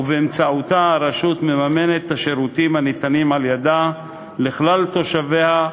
ובאמצעותה הרשות מממנת את השירותים הניתנים על-ידיה לכלל תושביה,